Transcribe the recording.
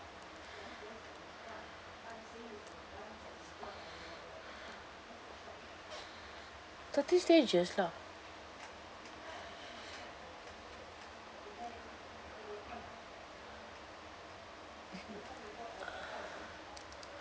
thirteen stages lah